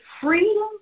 freedom